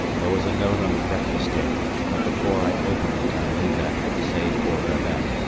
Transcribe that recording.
there was a note on the breakfast table, but before i opened it i knew that, save for babette,